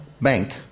bank